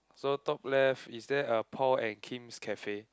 so top left is there a Paul and Kim's cafe